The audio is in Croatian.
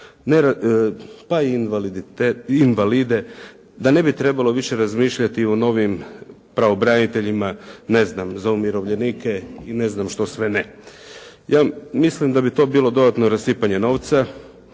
pa i invalide, da ne bi trebalo više razmišljati o novim pravobraniteljima ne znam za umirovljenike i ne znam što sve ne. Ja mislim da bi to bilo dodatno rasipanje novca,